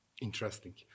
Interesting